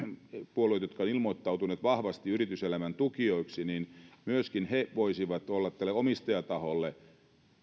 puolueita jotka ovat ilmoittautuneet vahvasti yrityselämän tukijoiksi voisi peräänkuuluttaa että he voisivat myöskin olla tälle omistajataholle